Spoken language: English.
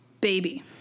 baby